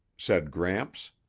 said gramps,